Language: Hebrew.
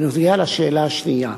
בנוגע לשאלה השנייה,